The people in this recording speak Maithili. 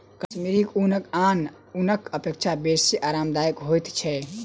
कश्मीरी ऊन आन ऊनक अपेक्षा बेसी आरामदायक होइत छै